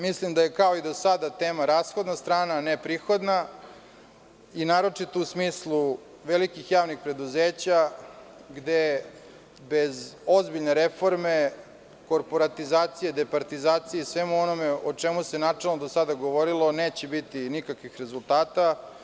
Mislim da je kao i do sada tema rashodna strana, a ne prihodna, naročito u smislu velikih javnih preduzeća, gde bez ozbiljne reforme korporatizacija, departizacije, i svemu onome o čemu se načelno do sada govorio, neće biti nikakvih rezultata.